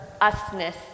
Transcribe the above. us-ness